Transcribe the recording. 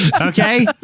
Okay